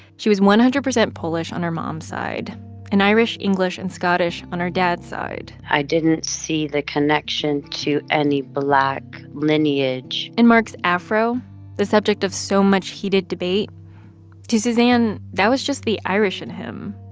she was one hundred percent polish on her mom's side and irish, english and scottish on her dad's side i didn't see the connection to any black lineage and mark's afro the subject of so much heated debate to suzanne, that was just the irish in him.